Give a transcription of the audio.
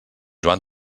joan